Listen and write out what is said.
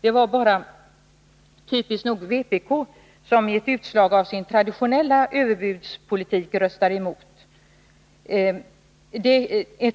Det var bara, typiskt nog, vpk som i ett utslag av sin traditionella överbudspolitik röstade emot förslaget.